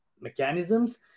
mechanisms